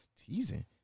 Teasing